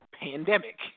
pandemic